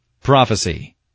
Prophecy